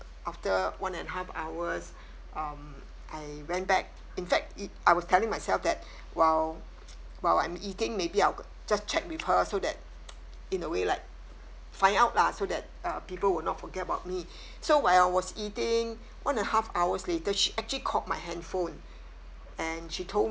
after one and half hours um I went back in fact it I was telling myself that while while I'm eating maybe I could just check with her so that in a way like find out lah so that uh people will not forget about me so while I was eating one and half hours later she actually called my handphone and she told